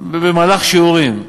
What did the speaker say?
במהלך שיעורים.